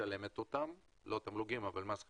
משלמת אותם, לא את התמלוגים אבל את מס החברות,